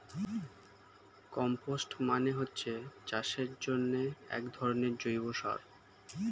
compost মানে হচ্ছে চাষের জন্যে একধরনের জৈব সার